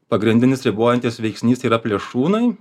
pagrindinis ribojantis veiksnys tai yra plėšrūnai